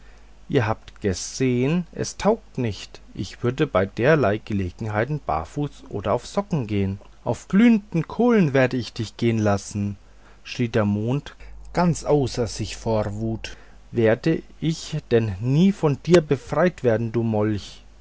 ihr habt gesehen es taugt nicht ich würde bei derlei gelegenheit barfuß oder auf socken gehn auf glühenden kohlen werde ich dich gehen lassen schrie der mond ganz außer sich vor wut werde ich denn nie von dir befreit werden du molch